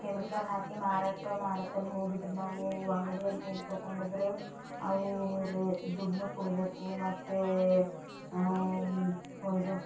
chemical ಹಾಕಿ ಮಾರಾಟ ಮಾಡತಲ್ ಹೋಗಿದ್ದರೂ ನಾವು ಅಂಗಡಿಯಲ್ಲಿ ಹೋಗಿ ತೊಗೊಂಡಿದ್ರು ಅವು ರೋ ದುಡ್ಡನ್ನೂ ಕೊಡಬೇಕು ಮತ್ತು ಇದು